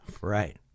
Right